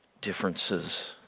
differences